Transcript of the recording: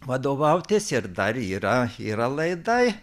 vadovautis ir dar yra yra laidai